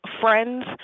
friends